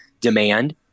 demand